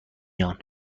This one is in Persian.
یان